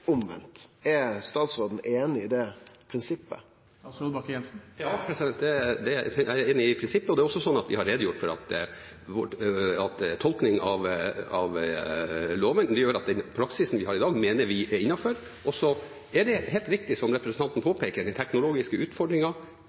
omvendt. Er statsråden einig i det prinsippet? Ja, jeg er enig i det prinsippet. Det er også slik at vi har redegjort for at tolkning av loven gjør at vi mener den praksisen vi har i dag, er innenfor. Så er det helt riktig, som representanten påpeker, at den teknologiske